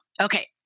okay